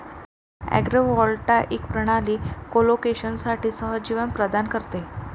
agrivoltaic प्रणाली कोलोकेशनसाठी सहजीवन धोरण प्रदान करते